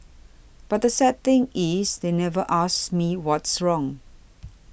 but the sad thing is they never asked me what's wrong